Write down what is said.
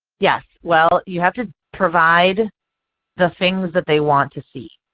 yes, well you have to provide the things that they want to see.